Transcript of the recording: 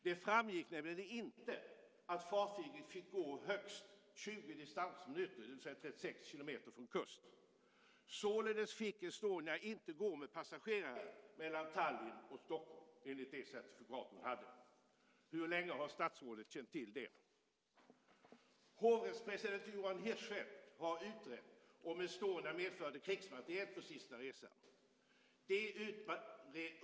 Det framgick nämligen inte att fartyget fick gå högst 20 distansminuter, det vill säga 36 kilometer, från kusten. Således fick Estonia gå med passagerare mellan Tallinn och Stockholm enligt det certifikatet. Hur länge har statsrådet känt till det? För det sjätte: Hovrättspresident Johan Hirschfeldt har utrett om Estonia medförde krigsmateriel på sista resan.